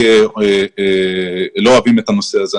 לא אוהבים את הנושא הזה.